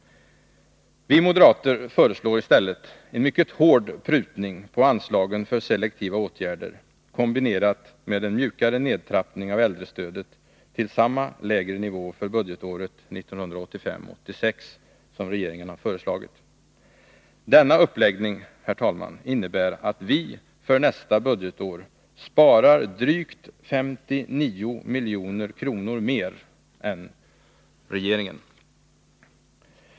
Vi moderater föreslår i stället en mycket hård prutning på anslagen för selektiva åtgärder, kombinerat med en mjukare nedtrappning av äldrestödet till samma lägre nivå för budgetåret 1985/86 som regeringen föreslagit. Denna uppläggning innebär att vi för nästa budgetår sparar drygt 59 milj.kr. mer än regeringen.